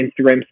Instagram